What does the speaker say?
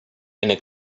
eine